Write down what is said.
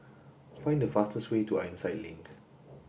find the fastest way to Ironside Link